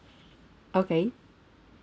okay